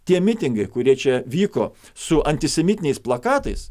tie mitingai kurie čia vyko su antisemitiniais plakatais